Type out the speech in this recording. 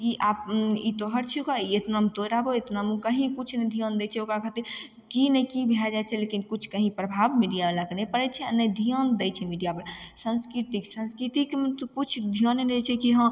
ई आओर ई तोहर छिको इतनामे तोँ रहबहौ इतनामे उ कहीँ किछु नहि ध्यान दै छै ओकरा खातिर की ने की भए जाइ छै लेकिन किछु कहीँ प्रभाव मीडियावलाके नहि पड़य छै आओर ने ध्यान दै छै मीडियावला संस्कृति संस्कृतिके तऽ किछु ध्याने नहि दै छै कि हँ